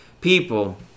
people